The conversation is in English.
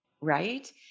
right